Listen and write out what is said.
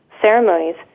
ceremonies